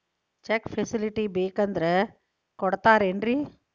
Check facility ಬೇಕಂದ್ರ ಕೊಡ್ತಾರೇನ್ರಿ?